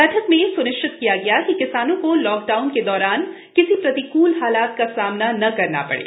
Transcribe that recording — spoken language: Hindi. बैठक में स्निश्चित किया गया कि किसानों को लॉकडाउन के दौरान किसी प्रतिकूल हालात का सामना न करना पड़े